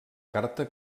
carta